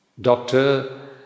doctor